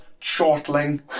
chortling